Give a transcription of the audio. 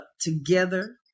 together